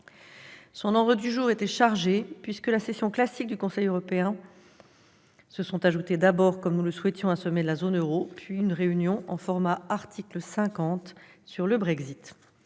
Son ordre du jour était chargé puisqu'à la session classique du Conseil européen se sont ajoutés, comme nous le souhaitions, un sommet de la zone euro, puis une réunion en format article 50 sur le Brexit.